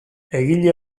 egile